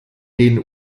den